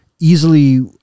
Easily